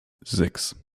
sechs